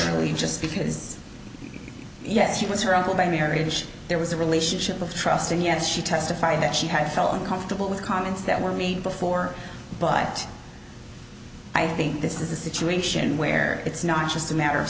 necessarily just because yes she was her uncle by marriage there was a relationship of trust and yes she testified that she had felt uncomfortable with comments that were made before but i think this is a situation where it's not just a matter of